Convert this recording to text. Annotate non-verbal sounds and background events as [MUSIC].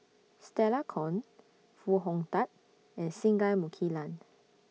Stella Kon Foo Hong Tatt and Singai Mukilan [NOISE]